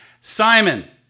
Simon